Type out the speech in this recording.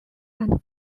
and